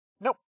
Nope